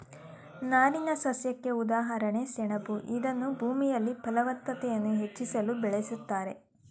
ನಾರಿನಸಸ್ಯಕ್ಕೆ ಉದಾಹರಣೆ ಸೆಣಬು ಇದನ್ನೂ ಭೂಮಿಯಲ್ಲಿ ಫಲವತ್ತತೆಯನ್ನು ಹೆಚ್ಚಿಸಲು ಬೆಳಿತಾರೆ